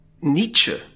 Nietzsche